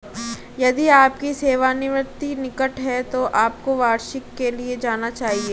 यदि आपकी सेवानिवृत्ति निकट है तो आपको वार्षिकी के लिए जाना चाहिए